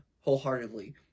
wholeheartedly